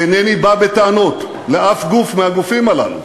אינני בא בטענות לאף גוף מהגופים הללו,